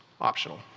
optional